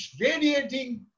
radiating